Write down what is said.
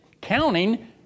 counting